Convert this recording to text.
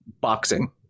boxing